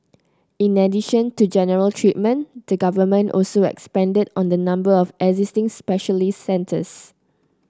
in addition to general treatment the Government also expanded on the number of existing specialist centres